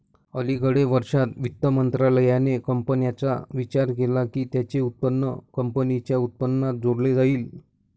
अलिकडे वर्षांत, वित्त मंत्रालयाने कंपन्यांचा विचार केला की त्यांचे उत्पन्न कंपनीच्या उत्पन्नात जोडले जाईल